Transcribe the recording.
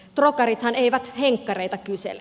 trokarithan eivät henkkareita kysele